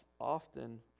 often